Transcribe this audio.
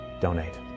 donate